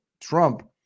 Trump